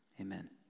Amen